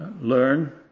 learn